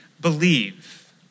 believe